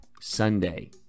Sunday